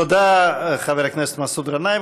תודה, חברה כנסת מסעוד גנאים.